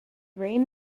reign